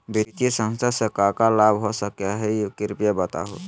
वित्तीय संस्था से का का लाभ हो सके हई कृपया बताहू?